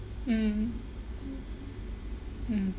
mm mm